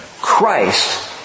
Christ